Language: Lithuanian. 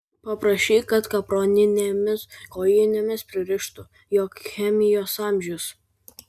paprašyk kad kaproninėmis kojinėmis pririštų juk chemijos amžius